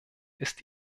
ist